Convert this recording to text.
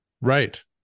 right